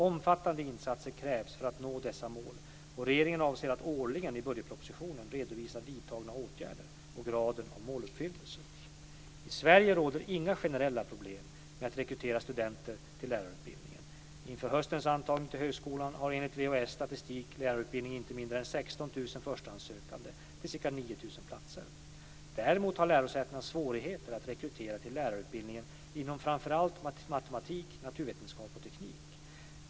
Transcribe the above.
Omfattande insatser krävs för att nå dessa mål, och regeringen avser att årligen i budgetpropositionen redovisa vidtagna åtgärder och graden av måluppfyllelse. I Sverige råder inga generella problem med att rekrytera studenter till lärarutbildningarna. Inför höstens antagning till högskolan har enligt VHS statistik lärarutbildningen inte mindre än 16 000 förstahandssökande till ca 9 000 platser. Däremot har lärosätena svårigheter att rekrytera till lärarutbildningen inom framför allt matematik, naturvetenskap och teknik.